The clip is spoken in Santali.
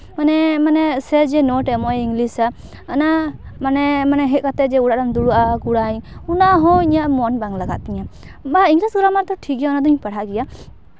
ᱢᱟᱱᱮ ᱢᱟᱱᱮ ᱥᱮᱨ ᱡᱮ ᱱᱳᱴ ᱮ ᱮᱢᱚᱜᱼᱟ ᱤᱝᱞᱤᱥ ᱟᱜ ᱚᱱᱟ ᱢᱟᱱᱮ ᱢᱟᱱᱮ ᱦᱮᱡ ᱠᱟᱛᱮᱜ ᱡᱮ ᱚᱲᱟᱜ ᱨᱮᱢ ᱫᱩᱲᱩᱵᱟ ᱚᱱᱟ ᱦᱚᱸ ᱤᱧᱟᱹᱜ ᱢᱚᱱ ᱵᱟᱝ ᱞᱟᱜᱟᱜ ᱛᱤᱧᱟᱹ ᱵᱟ ᱤᱝᱞᱤᱥ ᱜᱨᱟᱢᱟᱨ ᱫᱚ ᱴᱷᱤᱠ ᱜᱮᱭᱟ ᱚᱱᱟ ᱫᱚᱹᱧ ᱯᱟᱲᱦᱟᱜ ᱜᱮᱭᱟ